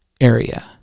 area